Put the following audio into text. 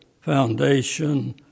foundation